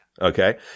Okay